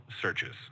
searches